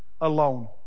alone